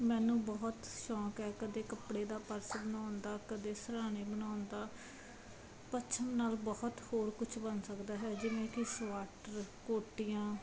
ਮੈਨੂੰ ਬਹੁਤ ਸ਼ੌਕ ਹੈ ਕਦੇ ਕੱਪੜੇ ਦਾ ਪਰਸ ਬਣਾਉਣ ਦਾ ਕਦੇ ਸਿਰ੍ਹਾਣੇ ਬਣਾਉਣ ਦਾ ਪਸ਼ਮ ਨਾਲ ਬਹੁਤ ਹੋਰ ਕੁਝ ਬਣ ਸਕਦਾ ਹੈ ਜਿਵੇਂ ਕਿ ਸਵਾਟਰ ਕੋਟੀਆਂ